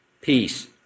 peace